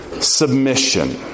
submission